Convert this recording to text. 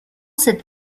cette